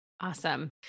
Awesome